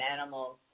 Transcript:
animals